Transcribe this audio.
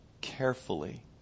carefully